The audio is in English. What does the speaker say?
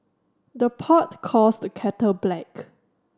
the pot calls the kettle black